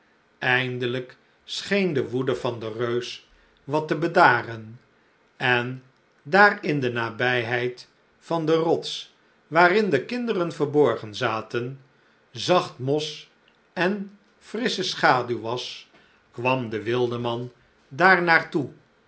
eindelijk scheen de woede van den reus wat te bedaren en daar in de nabijheid van de rots waarin de kinderen verborgen zaten zacht mos en frissche schaduw was kwam de wildeman daar